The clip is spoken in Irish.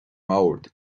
mbord